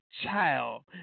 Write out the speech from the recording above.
child